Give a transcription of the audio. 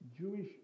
Jewish